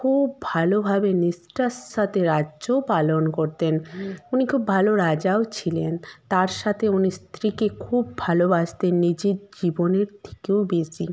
খুব ভালোভাবে নিষ্ঠার সাথে রাজ্যও পালন করতেন উনি খুব ভালো রাজাও ছিলেন তার সাথে উনি স্ত্রীকে খুব ভালোবাসতেন নিজের জীবনের থেকেও বেশি